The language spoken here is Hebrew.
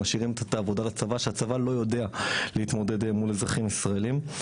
הם משאירים את העבודה לצבא שהצבא לא יודע להתמודד מול אזרחים ישראלים,